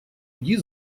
иди